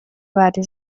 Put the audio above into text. بعدی